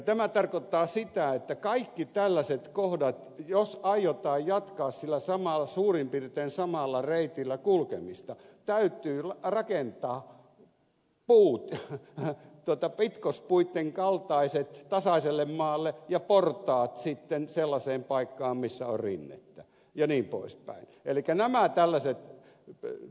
tämä tarkoittaa sitä että kaikille tällaisille kohdille jos aiotaan jatkaa sillä suurin piirtein samalla reitillä kulkemista täytyy rakentaa pitkospuitten kaltaiset tasaiselle maalle ja portaat sitten sellaiseen paikkaan missä on rinnettä ja nipuista eli te nämä tällaiset ja jnp